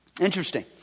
Interesting